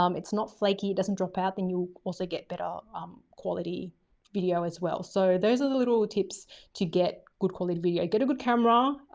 um it's not flaky, it doesn't drop out then you'll also get better um quality video as well. so those are the little tips to get good quality video. get a good camera.